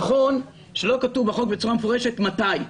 נכון שלא כתוב בחוק בצורה מפורשת מתי,